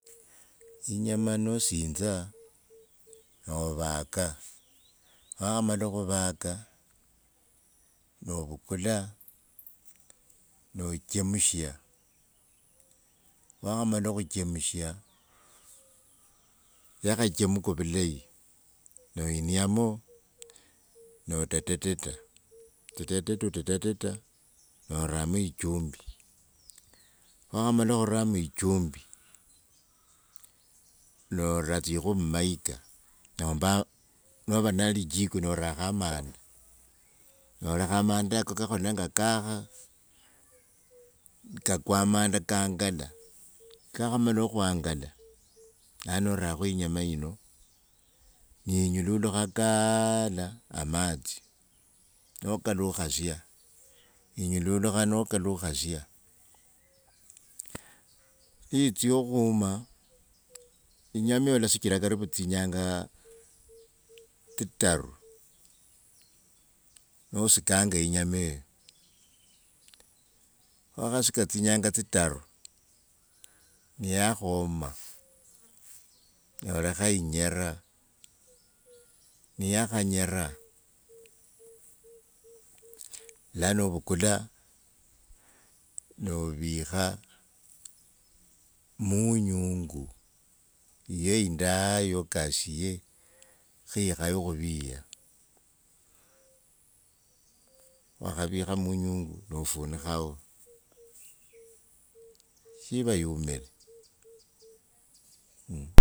Inyama nositsa novaka, niwakhamala khuvaka novukula nochemsha niwakhamalakhuchemsha nikhachemka vulayi, noiniamo noteteta oteteteta, noramo ichumbi niwakhamala khuramo echumbi, nora etsikhwi mmaika nomba nova ne lijiko norakho amanda nolakha amamdako kakhola enga kakha kakwa amanda kangala kakhamala okhwangala lano norakho inyama ino, yinyurulikha kala amatsi, nokalukhasia inyurulikha nokalukhasia niitsa khuma inyama ilia olasikira karibu tsinyangaa tsitaru nosikanga enyamaye niwakhasika tsinyanga tsitaru niakhoma nolakha inyira, niyakha nyira lano ovukula novikha munyungu, yiyo indaayi yokasiye khe ikhaye khuviya, niwakhavikha munyungu nofunikhao shiva umile.